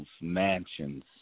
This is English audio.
mansions